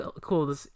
cool